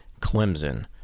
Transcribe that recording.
Clemson